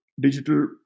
digital